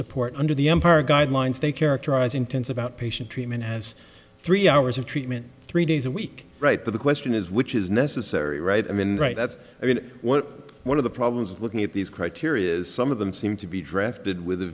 support under the empire guidelines they characterize intense about patient treatment has three hours of treatment three days a week right but the question is which is necessary right i mean right that's i mean what one of the problems of looking at these criteria is some of them seem to be drafted with a